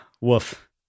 Woof